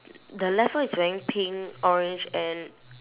the left one is wearing pink orange and